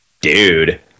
Dude